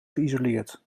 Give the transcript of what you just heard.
geïsoleerd